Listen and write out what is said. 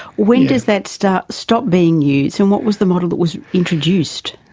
when does that stop stop being used and what was the model that was introduced?